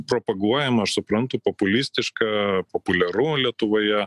propaguojama aš suprantu populistiška populiaru lietuvoje